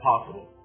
possible